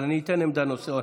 אבל אני אתן עמדה נוספת.